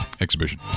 Exhibition